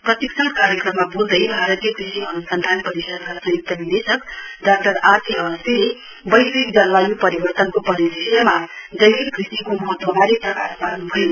प्रशिक्षण कार्यक्रममा बोल्दै भारतीय कृषि अन्सन्धान परिषदका संय्क्त निर्देशक डाक्टर आरके अवस्थीले वैश्विक जलवाय् परिवर्तनको परिदृश्यमा जैविक कृषिको महत्वबारे प्रकाश पार्न्भयो